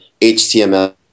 HTML